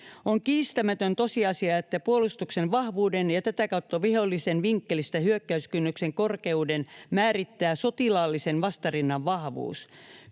On kiistämätön tosiasia, että puolustuksen vahvuuden ja tätä kautta vihollisen vinkkelistä hyökkäyskynnyksen korkeuden määrittää sotilaallisen vastarinnan vahvuus.